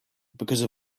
because